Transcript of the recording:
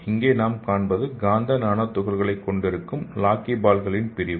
இங்கே நாம் காண்பது காந்த நானோ துகள்கள் கொண்டிருக்கும் லாக்கிபால்களின் பிரிவு